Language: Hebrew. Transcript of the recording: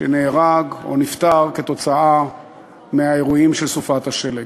שנהרג או נפטר כתוצאה מהאירועים של סופת השלג.